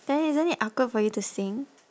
then isn't it awkward for you to sing